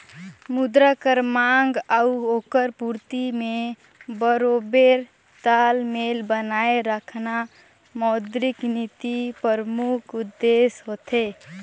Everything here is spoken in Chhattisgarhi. मुद्रा कर मांग अउ ओकर पूरती में बरोबेर तालमेल बनाए रखना मौद्रिक नीति परमुख उद्देस होथे